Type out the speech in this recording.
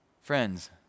Friends